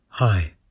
Hi